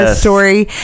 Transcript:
story